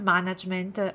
Management